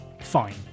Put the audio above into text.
Fine